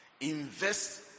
invest